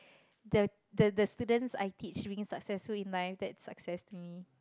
the the the students I teach being successful in life that's success to me